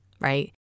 right